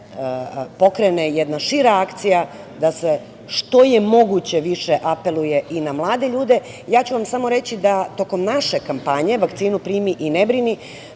se pokrene jedna šira akcija, da se što je moguće više apeluje i na mlade ljude? Ja ću vam samo reći da tokom naše kampanje „Vakcinu primi i ne brini“